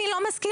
אני לא משכילה?